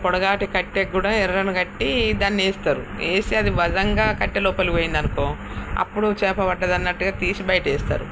ఇలా పొడగాటి కట్టెకు కూడా ఎర్రని కట్టి దాన్ని వేస్తారు వేసి అది బలంగా కట్టె లోపలికి పోయిందనుకో అప్పుడు చేప పడ్డది అన్నట్టుగా తీసి బయట వేస్తారు